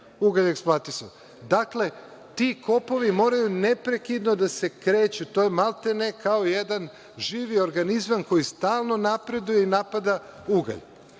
ugalj eksploatisao. Dakle, ti kopovi moraju neprekidno da se kreću, maltene kao jedan živi organizam koji stalno napreduje i napada ugalj.